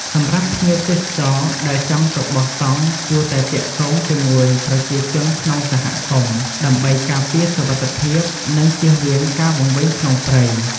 សម្រាប់ភ្ញៀវទេសចរដែលចង់ទៅបោះតង់គួតែទាក់ទងជាមួយប្រជាជនក្នុងសហគមន៍ ដើម្បីការពារសុវត្ថិភាព និងជៀសវាងការវង្វេងក្នុងព្រៃ ។